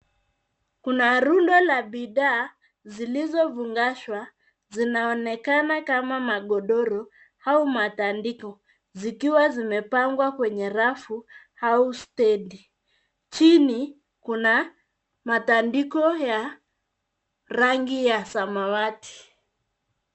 Kuna rundo la bidhaa zilizofungashwa zinaonekana kama magodoro au matandiko zikiwa zimepangwa kwenye rafu au stendi. Chini kuna matandiko ya rangi ya samawati.